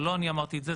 ולא אני אמרתי את זה,